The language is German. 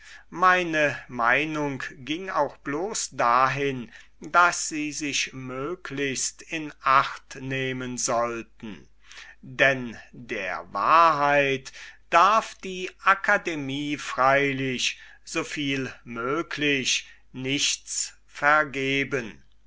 meine meinung ging auch bloß dahin daß sie sich möglichst in acht nehmen sollten denn der wahrheit darf die akademie freilich so viel möglich nichts vergeben